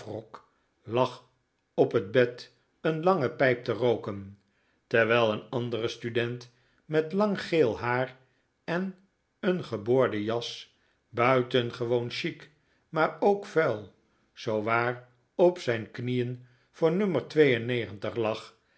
lag op het bed een lange pijp te rooken terwijl een andere student met lang geel haar en een geboorde jas buitengewoon chic maar ook vuil zoowaar op zijn knieen voor no lag